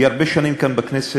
היא הרבה שנים כאן בכנסת.